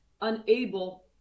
unable